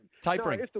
Tapering